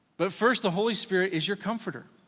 but first, the holy spirit is your comforter.